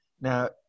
Now